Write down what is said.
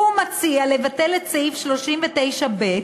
הוא מציע לבטל את סעיף 39(ב),